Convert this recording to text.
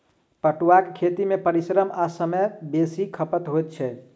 पटुआक खेती मे परिश्रम आ समय बेसी खपत होइत छै